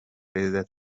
perezida